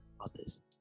others